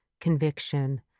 conviction